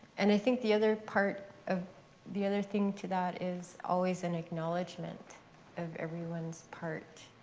and i think the other part, ah the other thing to that is always an acknowledgment of everyone's part.